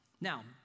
Now